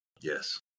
Yes